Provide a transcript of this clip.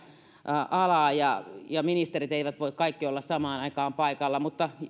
alaa ja ja ministerit eivät voi kaikki olla samaan aikaan paikalla mutta